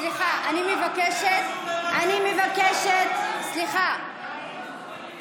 סליחה, אני מבקשת, אני מבקשת, סליחה.